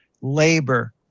labor